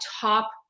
top